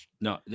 No